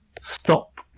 stop